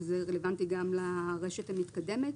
וזה רלוונטי גם לרשת המתקדמת,